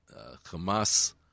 Hamas